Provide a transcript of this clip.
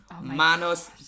Manos